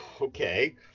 Okay